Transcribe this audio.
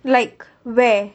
like where